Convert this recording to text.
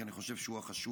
כי אני חושב שהוא החשוב.